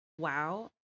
Wow